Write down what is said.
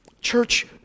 Church